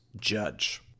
judge